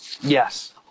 Yes